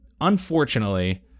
unfortunately